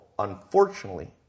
unfortunately